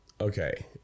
okay